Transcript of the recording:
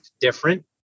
different